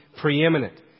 preeminent